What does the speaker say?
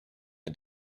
the